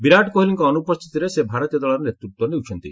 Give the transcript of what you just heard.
ବିରାଟ କୋହଲୀଙ୍କ ଅନୁପସ୍ଥିତିରେ ସେ ଭାରତୀୟ ଦଳର ନେତୃତ୍ୱ ନେଉଛନ୍ତି